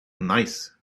nice